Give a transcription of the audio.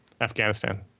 afghanistan